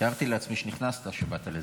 תיארתי לעצמי, כשנכנסת, שבאת לזה.